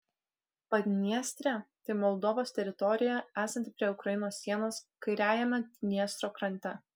padniestrė tai moldovos teritorija esanti prie ukrainos sienos kairiajame dniestro krante